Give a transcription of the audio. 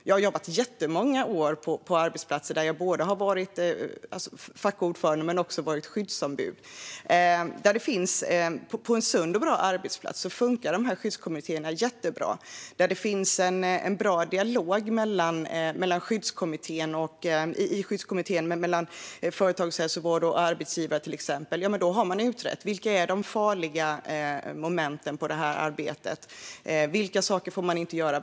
Jag har jobbat många år på arbetsplatser där jag har varit både fackordförande och skyddsombud. På en sund och bra arbetsplats funkar skyddskommittéerna jättebra. Där finns en bra dialog i skyddskommittén mellan företagshälsovård och arbetsgivare, och där har man utrett de farliga momenten i ett arbete. Vilka saker får man inte göra?